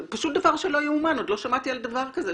זה פשוט דבר שלא יאומן, עוד לא שמעתי על דבר כזה.